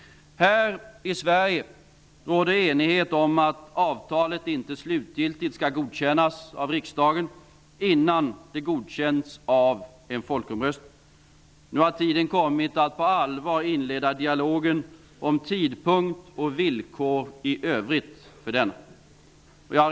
Här i Sverige råder enighet om att avtalet inte slutgiltigt skall godkännas av riksdagen innan det har godkänts av en folkomröstning. Nu har tiden kommit för att på allvar inleda dialogen om tidpunkt och villkor i övrigt för denna.